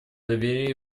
доверия